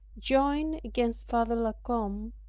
joined against father la combe,